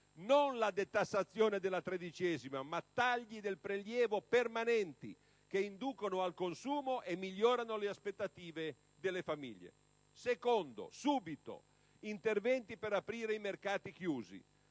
Non la detassazione della tredicesima, ma tagli del prelievo permanenti che inducono al consumo e migliorano le aspettative delle famiglie. In secondo luogo, subito, interventi per aprire i mercati chiusi.